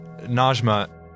Najma